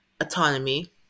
autonomy